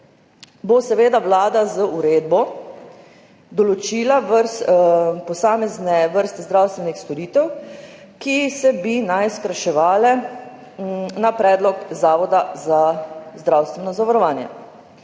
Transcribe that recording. bo seveda Vlada z uredbo določila posamezne vrste zdravstvenih storitev, ki naj bi se skrajševale na predlog Zavoda za zdravstveno zavarovanje.